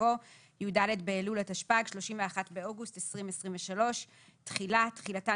"יבוא "י"ד באלול התשפ"ג (31 באוגוסט 2023)". תחילה 2. תחילתן